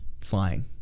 flying